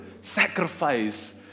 sacrifice